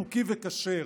חוקי וכשר.